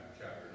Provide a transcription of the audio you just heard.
chapter